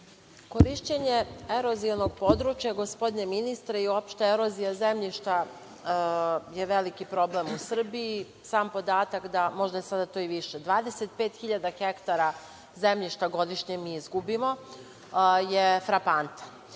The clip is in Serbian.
Korišćenje erozivnog područja, gospodine ministre, i uopšte erozija zemljišta je veliki problem u Srbiji i sam podatak da, možda je sada to i više, 25 hiljada hektara zemljišta godišnje mi izgubimo je frapantno. Vi